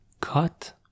cut